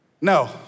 No